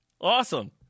Awesome